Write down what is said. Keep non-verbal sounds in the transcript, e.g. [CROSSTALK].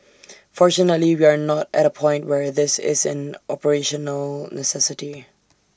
fortunately we are not at A point where this is an operational necessity [NOISE]